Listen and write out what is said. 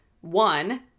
one